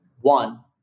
one